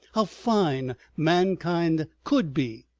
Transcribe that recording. how fine mankind could be,